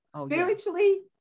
spiritually